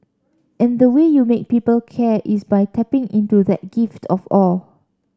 and the way you make people care is by tapping into that gift of awe